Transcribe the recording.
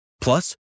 Plus